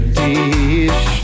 dish